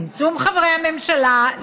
צמצום חברי הממשלה,